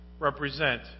represent